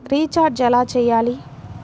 Recharge ఎలా చెయ్యాలి?